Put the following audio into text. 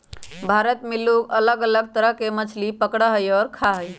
भारत में लोग अलग अलग तरह के मछली पकडड़ा हई और खा हई